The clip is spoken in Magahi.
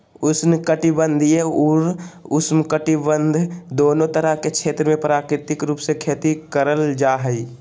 उष्ण कटिबंधीय अउर उपोष्णकटिबंध दोनो तरह के क्षेत्र मे प्राकृतिक रूप से खेती करल जा हई